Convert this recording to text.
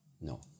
no